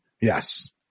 Yes